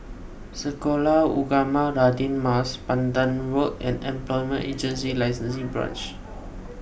Sekolah Ugama Radin Mas Pandan Road and Employment Agency Licensing Branch